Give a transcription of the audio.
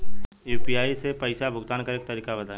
UPI से पईसा भुगतान करे के तरीका बताई?